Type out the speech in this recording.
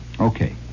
Okay